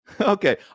Okay